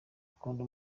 ukunda